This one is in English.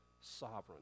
sovereign